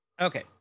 Okay